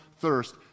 thirst